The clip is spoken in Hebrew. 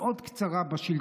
מאוד קצרה בשלטון,